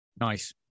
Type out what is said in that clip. Nice